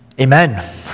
Amen